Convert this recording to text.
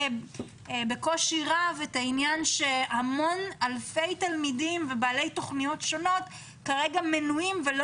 בקושי רב שאלפי תלמידים ובעלי תוכניות שונות כרגע מנועים ולא